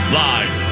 live